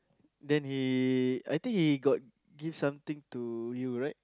then he I think he got give something to you right